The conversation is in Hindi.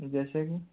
जैसे की